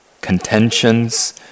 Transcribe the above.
contentions